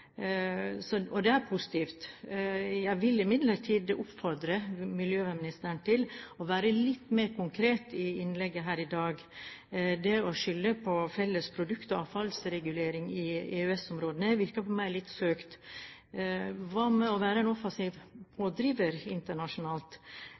og det er positivt. Jeg vil imidlertid oppfordre miljøvernministeren til å være litt mer konkret i innlegget her i dag. Det å skylde på felles produkter og avfallsregulering i EØS-områdene virker på meg litt søkt. Hva med å være en offensiv